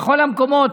בכל המקומות.